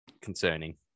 concerning